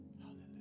Hallelujah